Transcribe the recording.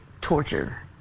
torture